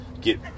get